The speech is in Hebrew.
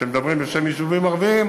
שמדברים בשם יישובים ערביים,